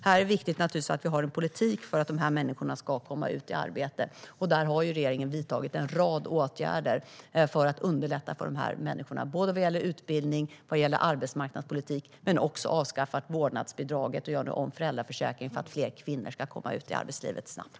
Här är det viktigt att vi har en politik för att de människorna ska komma ut i arbete. Där har regeringen vidtagit en rad åtgärder för att underlätta för de människorna vad gäller både utbildning och arbetsmarknadspolitik och också avskaffat vårdnadsbidraget. Vi gör nu om föräldraförsäkringen för att fler kvinnor snabbt ska komma ut i arbetslivet.